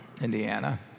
Indiana